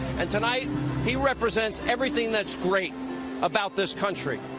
and tonight he represents everything that's great about this country.